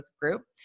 group